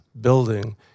building